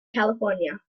california